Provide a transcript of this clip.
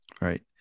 right